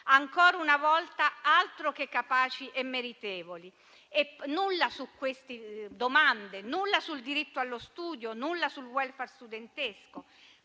Ancora una volta, altro che capaci e meritevoli. Nulla su queste domande, nulla sul diritto allo studio. Nulla sul *welfare* studentesco,